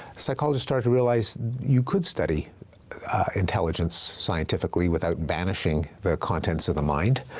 psychologists started to realize you could study intelligence scientifically without banishing the contents of the mind,